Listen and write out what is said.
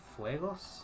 Fuegos